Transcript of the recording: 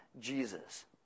Jesus